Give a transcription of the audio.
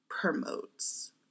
promotes